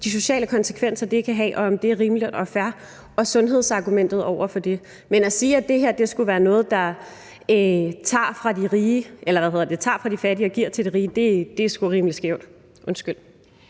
de sociale konsekvenser, det kan have – om det er rimeligt og fair – og sundhedsargumentet over for det. Men at sige, at det her skulle være noget, der tager fra de fattige og giver til de rige, er sgu rimelig skævt – undskyld.